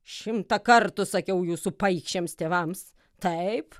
šimtą kartų sakiau jūsų paikšiems tėvams taip